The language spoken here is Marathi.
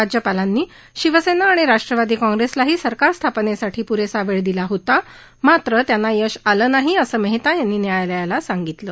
राज्यपालांनी शिवसेना आणि राष्ट्रवादी काँग्रेसलाही सरकार स्थापनेसाठी प्रेसा वेळ दिला होता मात्र त्यांना यश आलं नाही असं मेहता यांनी न्यायालयाला सांगितलं